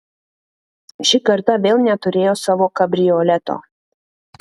ši karta vėl neturėjo savo kabrioleto